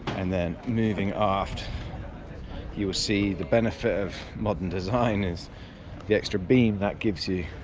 and then moving aft you will see the benefit of modern design is the extra beam that gives you,